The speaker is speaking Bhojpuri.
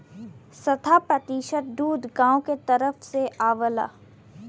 सत्तर प्रतिसत दूध गांव के तरफ से आवला